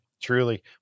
Truly